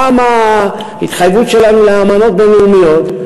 גם ההתחייבות שלנו לאמנות בין-לאומיות,